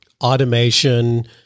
Automation